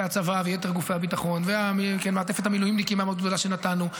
הצבא ויתר גופי הביטחון ומעטפת המילואימניקים המאוד- גדולה שנתנו,